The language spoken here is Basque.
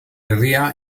herria